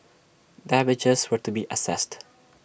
damages were to be assessed